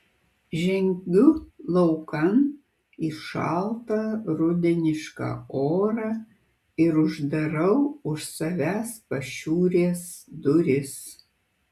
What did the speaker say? žengiu laukan į šaltą rudenišką orą ir uždarau už savęs pašiūrės duris